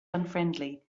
unfriendly